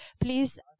Please